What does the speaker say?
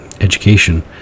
education